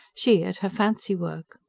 she at her fancy work.